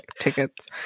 tickets